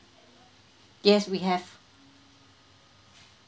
yes we have